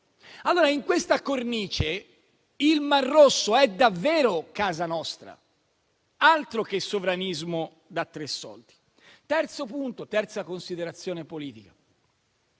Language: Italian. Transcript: in questa cornice, il Mar Rosso è davvero casa nostra. Altro che sovranismo da tre soldi. Terza considerazione politica: